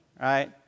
right